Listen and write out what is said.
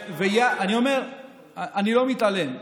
הגעת ל-10% אני לא מתעלם.